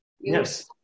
Yes